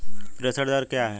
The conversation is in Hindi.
प्रेषण दर क्या है?